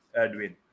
Edwin